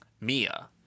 Mia